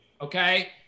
Okay